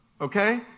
Okay